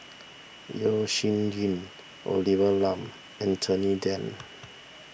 Yeo Shih Yun Olivia Lum Anthony then